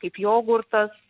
kaip jogurtas